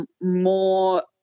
more